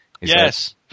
Yes